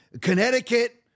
Connecticut